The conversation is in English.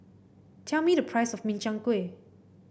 tell me the price of Min Chiang Kueh